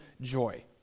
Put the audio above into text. joy